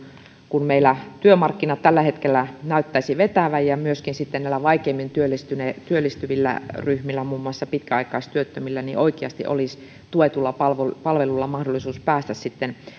kun meillä työmarkkinat tällä hetkellä näyttäisivät vetävän ja myöskin näillä vaikeimmin työllistyvillä ryhmillä muun muassa pitkäaikaistyöttömillä oikeasti olisi tuetulla palvelulla palvelulla mahdollisuus päästä